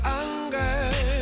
anger